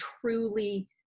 truly